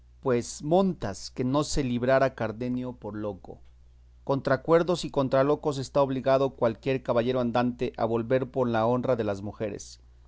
pues montas que no se librara cardenio por loco contra cuerdos y contra locos está obligado cualquier caballero andante a volver por la honra de las mujeres